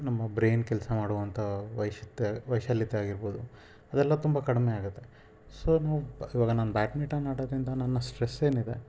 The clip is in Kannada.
ನಮ್ಮ ಬ್ರೈನ್ ಕೆಲಸ ಮಾಡೋವಂಥ ವೈಶತೆ ವೈಶಾಲ್ಯತೆ ಆಗಿರ್ಬೋದು ಅದೆಲ್ಲ ತುಂಬ ಕಡಿಮೆ ಆಗುತ್ತೆ ಸೊ ನಾವು ಇವಾಗ ನಾನು ಬ್ಯಾಟ್ಮಿಟನ್ ಆಡೋದರಿಂದ ನನ್ನ ಸ್ಟ್ರೆಸ್ ಏನಿದೆ